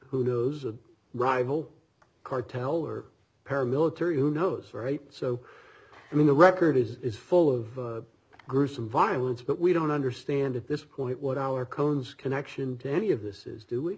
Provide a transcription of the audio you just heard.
who knows a rival cartels or paramilitary who knows right so i mean the record is full of gruesome violence but we don't understand at this point what our cones connection to any of this is do